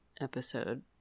episode